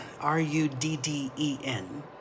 R-U-D-D-E-N